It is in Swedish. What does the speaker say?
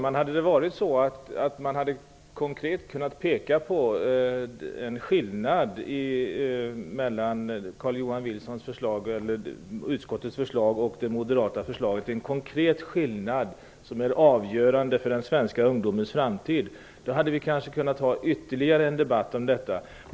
Fru talman! Om man hade kunnat peka på en konkret skillnad mellan utskottets förslag och det moderata förslaget som är avgörande för den svenska ungdomens framtid hade vi kanske kunnat ha ytterligare en debatt.